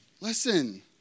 listen